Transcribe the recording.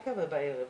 בבוקר ובערב.